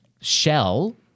shell